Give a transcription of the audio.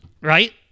right